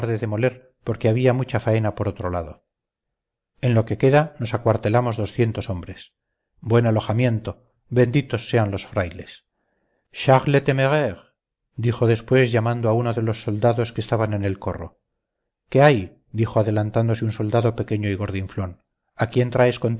demoler porque había mucha faena por otro lado en lo que queda nos acuartelamos doscientos hombres buen alojamiento benditos sean los frailes charles le téméraire gritó después llamando a uno de los soldados que estaban en el corro qué hay dijo adelantándose un soldado pequeño y gordinflón a quién traes